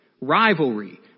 rivalry